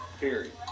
period